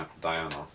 Diana